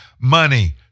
money